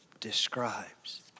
describes